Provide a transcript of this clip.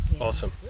awesome